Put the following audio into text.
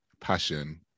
passion